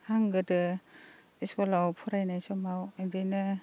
आं गोदो स्कुलाव फरायनाय समाव बिदिनो